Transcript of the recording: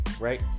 Right